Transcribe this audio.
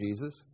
Jesus